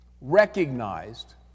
recognized